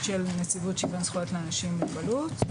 של נציבות שוויון זכויות לאנשים עם מוגבלות.